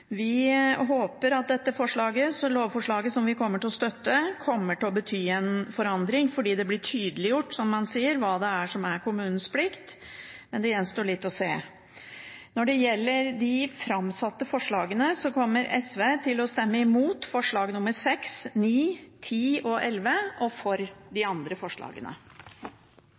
Vi håper at dette lovforslaget som vi kommer til å støtte, kommer til å bety en forandring fordi det blir tydeliggjort – som man sier – hva som er kommunenes plikt, men det gjenstår litt å se. Når det gjelder de framsatte forslagene, kommer SV til å stemme imot forslagene nr. 6, 9, 10 og 11 og for de andre forslagene.